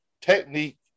technique